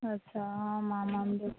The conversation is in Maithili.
अच्छा हँ